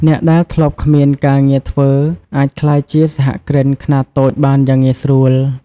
អ្នកដែលធ្លាប់គ្មានការងារធ្វើអាចក្លាយជាសហគ្រិនខ្នាតតូចបានយ៉ាងងាយស្រួល។